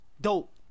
Dope